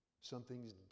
Something's